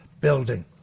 building